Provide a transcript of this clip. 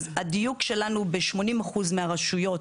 ב-80% מהרשויות